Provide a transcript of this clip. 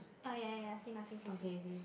ah ya ya ya same ah same same same